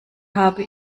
habe